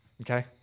Okay